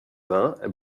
vingt